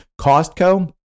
Costco